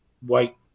White